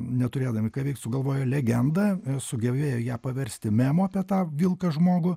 neturėdami ką veikt sugalvojo legendą sugebėjo ją paversti memo apie tą vilką žmogų